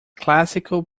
classical